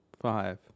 Five